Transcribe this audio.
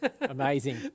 amazing